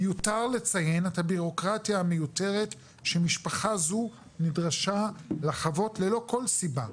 מיותר לציין את הבירוקרטיה המיותרת שמשפחה זו נדרשה לחוות ללא כל סיבה.